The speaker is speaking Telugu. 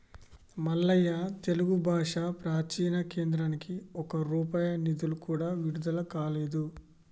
మల్లయ్య తెలుగు భాష ప్రాచీన కేంద్రానికి ఒక్క రూపాయి నిధులు కూడా విడుదల కాలేదు